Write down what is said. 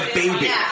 baby